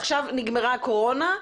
עכשיו נגמרה הקורונה,